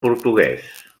portuguès